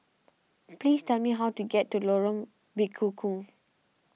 please tell me how to get to Lorong Bekukong